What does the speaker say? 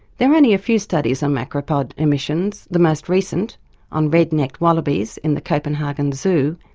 there are only a few studies on macropod emissions, the most recent on red necked wallabies in the copenhagen zoo,